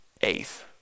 Eighth